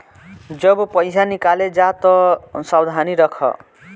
जब पईसा निकाले जा तअ सावधानी रखअ